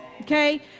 okay